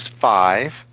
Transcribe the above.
five